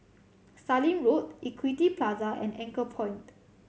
Sallim Road Equity Plaza and Anchorpoint